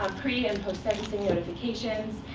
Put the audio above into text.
ah pre and post-sentencing notifications,